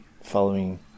following